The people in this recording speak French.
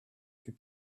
plus